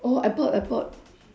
oh I bought I bought